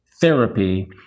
therapy